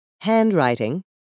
handwriting